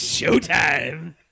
showtime